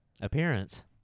Appearance